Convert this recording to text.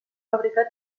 fabricar